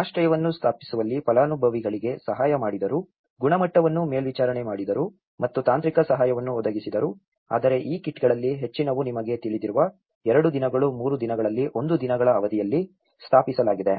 ಆಶ್ರಯವನ್ನು ಸ್ಥಾಪಿಸುವಲ್ಲಿ ಫಲಾನುಭವಿಗಳಿಗೆ ಸಹಾಯ ಮಾಡಿದರು ಗುಣಮಟ್ಟವನ್ನು ಮೇಲ್ವಿಚಾರಣೆ ಮಾಡಿದರು ಮತ್ತು ತಾಂತ್ರಿಕ ಸಹಾಯವನ್ನು ಒದಗಿಸಿದರು ಆದರೆ ಈ ಕಿಟ್ಗಳಲ್ಲಿ ಹೆಚ್ಚಿನವು ನಿಮಗೆ ತಿಳಿದಿರುವ 2 ದಿನಗಳು 3 ದಿನಗಳಲ್ಲಿ ಒಂದು ದಿನಗಳ ಅವಧಿಯಲ್ಲಿ ಸ್ಥಾಪಿಸಲಾಗಿದೆ